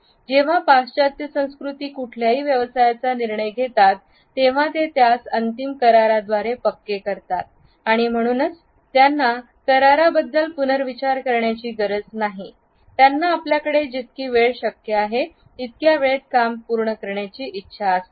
जेव्हा पाश्चात्य संस्कृती कुठल्याही व्यवसायाचा निर्णय घेतात तेव्हा ते त्यास अंतिम कराराद्वारे पक्के करतात आणि म्हणूनच त्यांना कराराबद्दल पुनर्विचार करण्याची गरज नाही त्यांना आपल्याकडे जितकी वेळ शक्य असेल तितक्या वेळेत काम पूर्ण करण्याची इच्छा असते